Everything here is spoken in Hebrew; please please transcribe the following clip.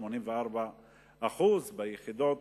84% ביחידות